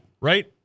Right